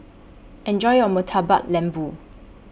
Enjoy your Murtabak Lembu